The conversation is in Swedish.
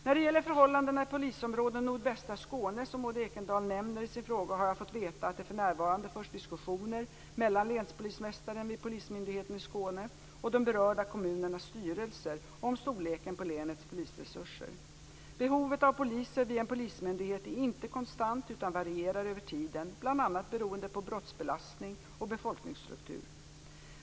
När det gäller förhållandena i Polisområde Nordvästra Skåne, som Maud Ekendahl nämner i sin fråga, har jag fått veta att det för närvarande förs diskussioner mellan länspolismästaren vid Polismyndigheten i Skåne och de berörda kommunernas styrelser om storleken på länets polisresurser. Behovet av poliser vid en polismyndighet är inte konstant utan varierar över tiden, bl.a. beroende på brottsbelastning och befolkningsstruktur.